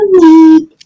need